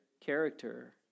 character